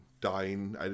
dying